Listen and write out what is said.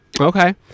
Okay